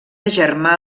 germà